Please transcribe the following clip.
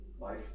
life